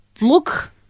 look